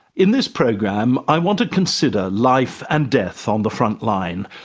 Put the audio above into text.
in this program, i want to consider life and death on the frontline,